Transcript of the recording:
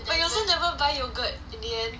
but you also never buy yoghurt in the end